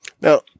now